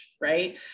right